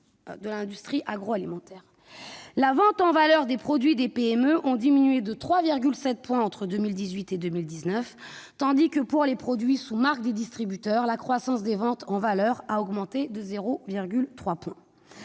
de l'industrie agroalimentaire. Les ventes en valeur des produits des PME ont diminué de 3,7 points entre 2018 et 2019, tandis que pour les produits sous marques de distributeurs, la croissance de ces ventes a enregistré une augmentation de 0,3 point.